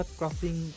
crossing